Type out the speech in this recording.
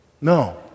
No